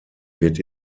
wird